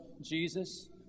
Jesus